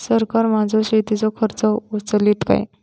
सरकार माझो शेतीचो खर्च उचलीत काय?